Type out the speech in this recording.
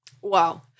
Wow